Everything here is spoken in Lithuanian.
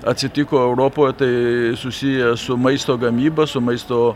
atsitiko europoje tai susiję su maisto gamyba su maisto